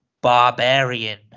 barbarian